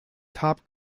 top